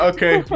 Okay